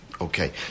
Okay